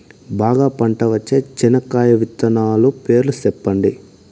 బాగా పంట వచ్చే చెనక్కాయ విత్తనాలు పేర్లు సెప్పండి?